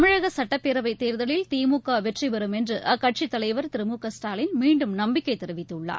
தமிழக சட்டப்பேரவை தேர்தலில் திமுக வெற்றி பெறும் என்று அக்கட்சித் தலைவர் திரு மு க ஸ்டாலின் மீண்டும் நம்பிக்கைத் தெரிவித்துள்ளார்